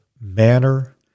manner